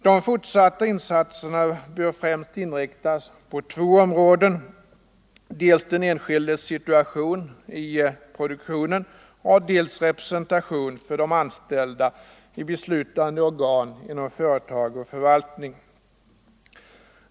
De fortsatta insatserna bör främst inriktas på två områden, dels den enskildes situation i produktionen, dels representation för de anställda i beslutande organ inom företag och förvaltning.